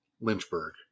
Lynchburg